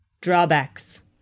drawbacks